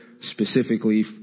specifically